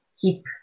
keep